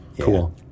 Cool